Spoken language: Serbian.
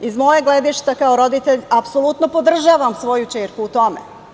Iz mog gledišta kao roditelj, apsolutno podržavam svoju ćerku u tome.